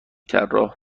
طراح